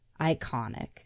Iconic